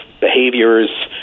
behaviors